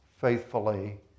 faithfully